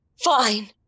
Fine